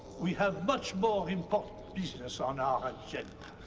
we have much more important business on our agenda.